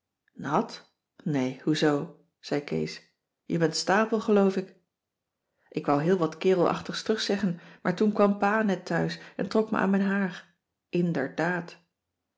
nat nee hoezoo zei kees je bent stapel geloof ik ik wou heel wat kerelachtigs terug zeggen maar toen kwam pa net thuis en trok me aan mijn haar inderdaad